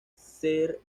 ser